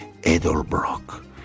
Edelbrock